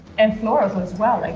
and florals as well, like